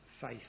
faith